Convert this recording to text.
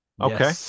Okay